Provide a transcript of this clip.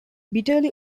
bitterly